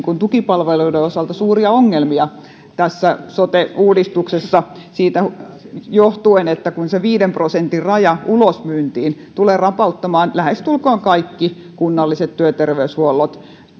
tukipalveluiden osalta suuria ongelmia tässä sote uudistuksessa siitä johtuen kun se viiden prosentin raja ulosmyyntiin tulee rapauttamaan lähestulkoon kaikki kunnalliset työterveyshuollot